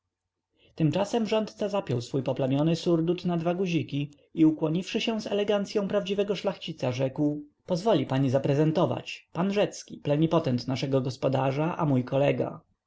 tymczasem rządca zapiął swój poplamiony surdut na dwa guziki i ukłoniwszy się z elegancyą prawdziwego szlachcica rzekł pozwoli pani zaprezentować pan rzecki plenipotent naszego gospodarza a mój kolega